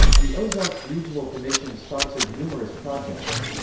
the ozarks regional commission sponsored numerous projects.